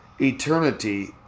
eternity